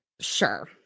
Sure